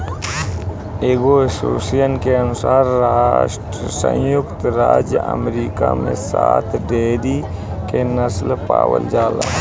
एगो एसोसिएशन के अनुसार संयुक्त राज्य अमेरिका में सात डेयरी के नस्ल पावल जाला